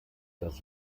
das